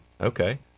Okay